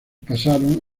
casaron